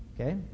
Okay